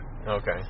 Okay